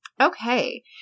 Okay